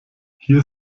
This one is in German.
hier